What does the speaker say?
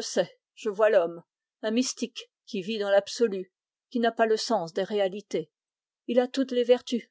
sais je vois l'homme un mystique qui vit dans l'absolu qui n'a pas le sens des réalités il a toutes les vertus